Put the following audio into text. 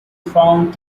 found